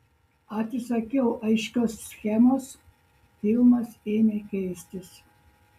atsisakiau aiškios schemos filmas ėmė keistis